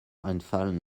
einfallen